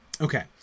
Okay